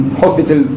hospital